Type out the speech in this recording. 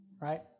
right